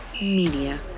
Media